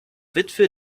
witwe